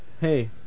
Hey